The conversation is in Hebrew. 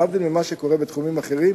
להבדיל ממה שקורה בתחומים אחרים,